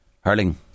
Hurling